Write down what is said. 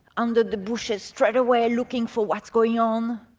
under the bushes straight away, looking for what's going on.